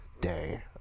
day